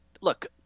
Look